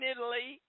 Italy